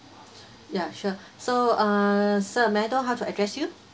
ya sure so uh sir may I know how to address you